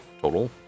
total